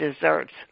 desserts